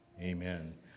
Amen